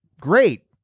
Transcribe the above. great